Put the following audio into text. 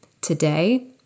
today